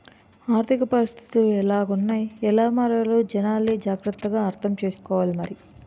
ఆర్థిక పరిస్థితులు ఎలాగున్నాయ్ ఎలా మారాలో జనాలే జాగ్రత్త గా అర్థం సేసుకోవాలి మరి